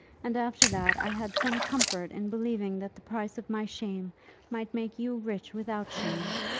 and after that i had some comfort in believing that the price of my shame might make you rich without shame.